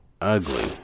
Ugly